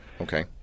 Okay